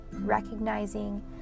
recognizing